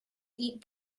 eat